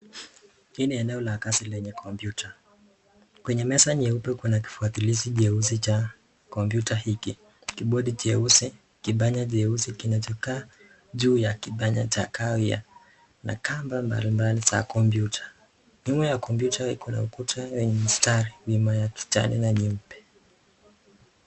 Hii ni eneo la kazi lenye kompyuta, kwenye meza nyeupe kuna kifuatilizi nyeusi cha kompyuta hiki, kibodi cheusi, kipanya cheusi kinachokaa juu ya kipanya cha kahawia na kamba mbalimbali za kompyuta. Nyuma ya kompyuta kuna ukuta yenye mistari nyuma ya kijani na nyeupe